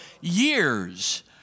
years